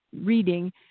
reading